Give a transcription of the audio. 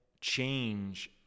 change